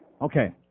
Okay